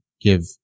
give